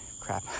crap